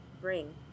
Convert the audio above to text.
bring